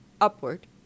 upward